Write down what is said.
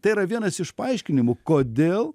tai yra vienas iš paaiškinimų kodėl